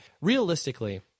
realistically